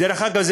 דרך אגב,